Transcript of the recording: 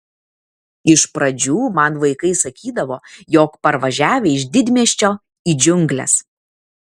iš pradžių man vaikai sakydavo jog parvažiavę iš didmiesčio į džiungles